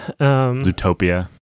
Zootopia